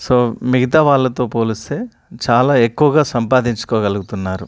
so మిగతా వాళ్ళతో పోలిస్తే చాలా ఎక్కువగా సంపాదించుకోగలుగుతున్నారు